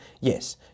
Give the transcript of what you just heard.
yes